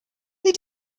they